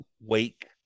Wake